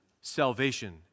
salvation